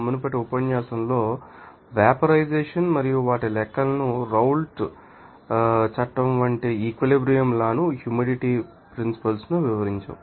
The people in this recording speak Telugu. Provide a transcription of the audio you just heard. మునుపటి ఉపన్యాసంలోవెపరైజెషన్ మరియు వాటి లెక్కలు రౌల్ట్ చట్టం వంటి ఈక్విలిబ్రియం లా ను హ్యూమిడిటీ ప్రిన్సిపల్స్ ను వివరించాము